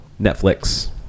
Netflix